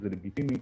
וזה לגיטימי,